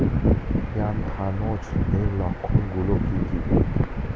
Anthracnose এর লক্ষণ গুলো কি কি?